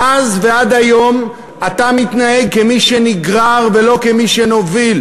מאז ועד היום אתה מתנהג כמי שנגרר ולא כמי שמוביל.